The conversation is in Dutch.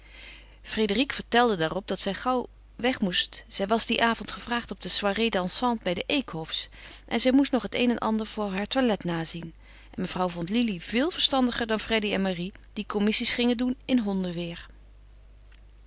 frédérique vertelde daarop dat zij gauw weg moest zij was dien avond gevraagd op de soirée dansante bij de eekhofs en zij moest nog het een en ander voor haar toilet nazien en mevrouw vond lili veel verstandiger dan freddy en marie die commissies gingen doen in hondenweêr